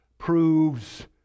proves